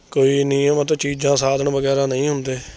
ਕੋਈ ਨਿਯਮ ਅਤੇ ਚੀਜ਼ਾਂ ਸਾਧਨ ਵਗੈਰਾ ਨਹੀਂ ਹੁੰਦੇ